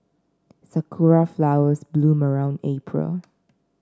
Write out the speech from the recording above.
sakura flowers bloom around April